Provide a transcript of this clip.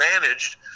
managed